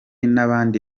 n’abandi